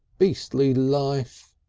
beastly life!